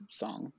song